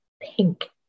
pink